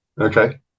Okay